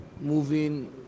moving